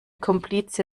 komplize